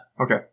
Okay